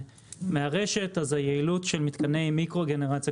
מהרשת אז היעילות של מתקני מיקרו גנרציה,